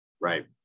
right